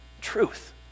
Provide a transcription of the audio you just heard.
truth